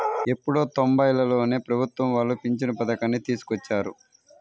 ఎప్పుడో తొంబైలలోనే ప్రభుత్వం వాళ్ళు పింఛను పథకాన్ని తీసుకొచ్చారు